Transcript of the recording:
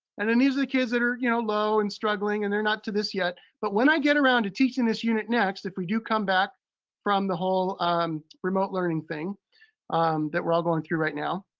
and then these are the kids that are you know low and struggling and they're not to this yet. but when i get around to teaching this unit next, if we do come back from the whole remote learning thing that we're all going through right now.